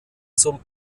zum